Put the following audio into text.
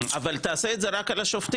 אבל תעשה את זה רק על השופטים.